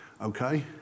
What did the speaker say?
okay